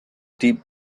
deep